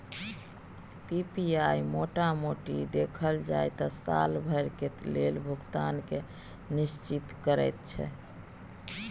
PPI मोटा मोटी देखल जाइ त साल भरिक लेल भुगतान केँ निश्चिंत करैत छै